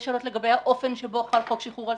יש שאלות לגבי האופן שבו חל חוק שחרור על